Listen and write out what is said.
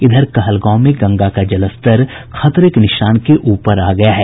इधर कहलगांव में गंगा का जलस्तर खतरे के निशान के ऊपर आ गया है